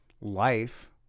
life